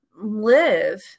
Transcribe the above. live